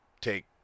take